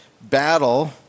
battle